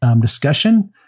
discussion